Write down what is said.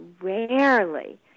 rarely